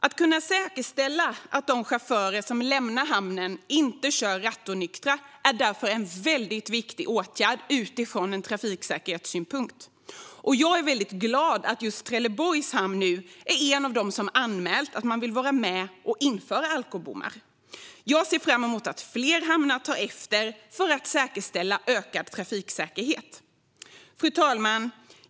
Att kunna säkerställa att de chaufförer som lämnar hamnen inte kör rattonyktra är därför en väldigt viktig åtgärd ur trafiksäkerhetssynpunkt. Jag är väldigt glad att just Trelleborgs hamn nu är en av dem som anmält att man vill vara med och införa alkobommar. Jag ser fram emot att fler hamnar tar efter för att säkerställa ökad trafiksäkerhet. Fru talman!